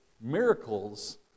Miracles